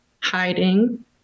hiding